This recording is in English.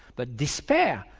but despair,